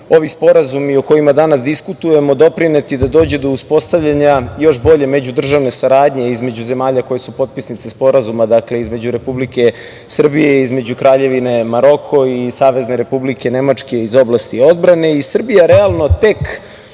ovi sporazumi o kojima danas diskutujemo doprineti da dođe do uspostavljanja još bolje međudržavne saradnje između zemalja koje su potpisnice sporazuma, dakle između Republike Srbije i između Kraljevine Maroko i Savezne Republike Nemačke iz oblasti odbrane. Srbija realno tek